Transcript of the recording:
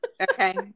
okay